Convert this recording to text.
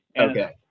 Okay